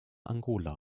angola